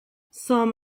some